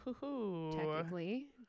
Technically